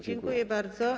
Dziękuję bardzo.